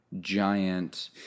giant